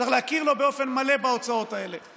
צריך להכיר לו באופן מלא בהוצאות האלה,